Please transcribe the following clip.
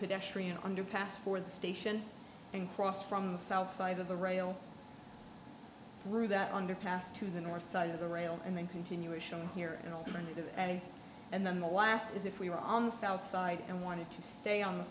pedestrian underpass for the station and cross from the south side of the rail through that underpass to the north side of the rail and then continuation here an alternative and and then the last is if we were on the south side and wanted to stay on the